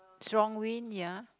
strong wind ya